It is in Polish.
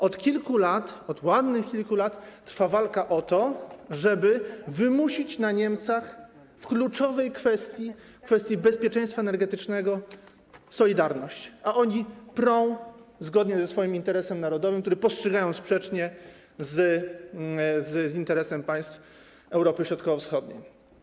Od kilku lat, od ładnych kilku lat trwa walka o to, żeby wymusić na Niemcach solidarność w kluczowej kwestii, kwestii bezpieczeństwa energetycznego, a oni prą zgodnie ze swoim interesem narodowym, który postrzegają sprzecznie z interesem państw Europy Środkowo-Wschodniej.